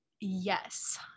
Yes